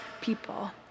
people